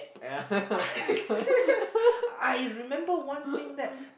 yeah